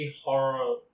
horror